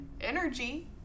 energy